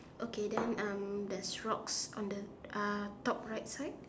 okay then um there's rocks on the uh top right side